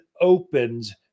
opens